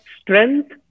strength